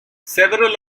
several